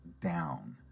down